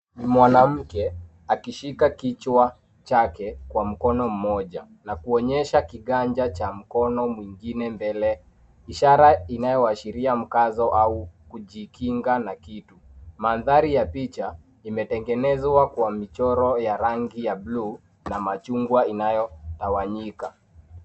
Ni mwanamke, akishika kichwa chake, kwa mkono mmoja, na kuonyesha kiganja cha mkono mwingine mbele, ishara inayoashiria mkazo, au kujikinga na kitu. Mandhari ya picha, imetengenezwa kwa michoro ya rangi ya blue , na machungwa inayotawanyika.